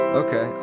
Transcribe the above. okay